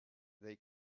they